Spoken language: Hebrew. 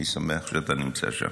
אני שמח שאתה נמצא שם.